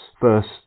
first